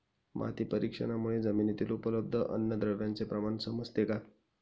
माती परीक्षणामुळे जमिनीतील उपलब्ध अन्नद्रव्यांचे प्रमाण समजते का?